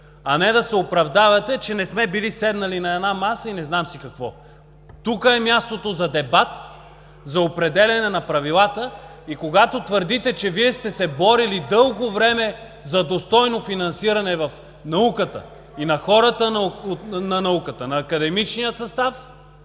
а не да се оправдавате, че не сме били седнали на една маса и не знам си какво. Тук е мястото за дебат, за определяне на правилата. Когато твърдите, че сте се борили дълго време за достойно финансиране в науката и на хората на науката, на академичния състав